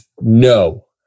No